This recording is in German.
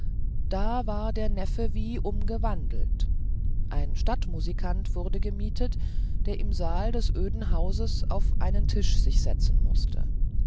da war der neffe wie umgewandelt ein stadtmusikant wurde gemietet der im saal des öden hauses auf einen tisch sich setzen mußte